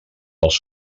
als